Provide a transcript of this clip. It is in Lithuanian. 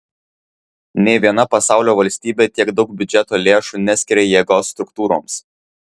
nė viena pasaulio valstybė tiek daug biudžeto lėšų neskiria jėgos struktūroms